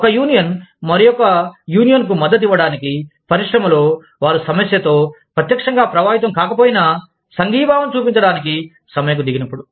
ఒక యూనియన్ మరొక యూనియన్కు మద్దతు ఇవ్వడానికి పరిశ్రమలో వారు సమస్యతో ప్రత్యక్షంగా ప్రభావితం కాకపోయినా సంఘీభావం చూపించడానికి సమ్మెకు దిగినప్పుడు